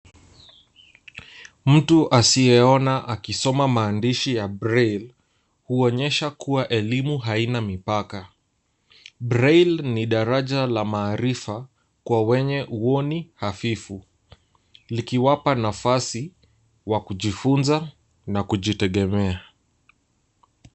Mtu asiyeona akisoma maandishi ya (cs)Braille(cs), huonyesha kuwa elimu haina mipaka. (cs)Braille(cs) ni daraja la maarifa kwa wenye hawaoni hafifu, likiwapa nafasi wa kujifunza na kujitegemea.